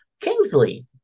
Kingsley